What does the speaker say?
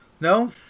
No